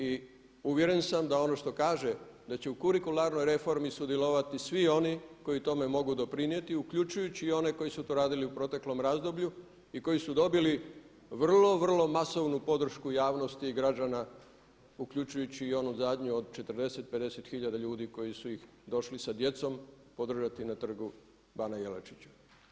I uvjeren sam da ono što kaže da će u kurikularnoj reformi sudjelovati svi oni koji tome mogu doprinijeti uključujući i one koji su to radili u proteklom razdoblju i koji su dobili vrlo, vrlo masovnu podršku javnosti i građana uključujući i onu zadnju od 40, 50 tisuća ljudi koji su ih došli sa djecom podržati na Trgu bana Jelačića.